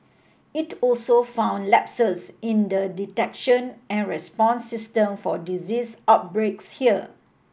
it also found lapses in the detection and response system for disease outbreaks here